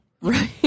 Right